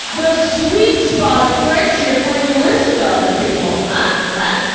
the sweet spot of friendship, where you listen to other people. huh? huh?